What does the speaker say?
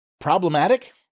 problematic